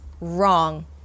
wrong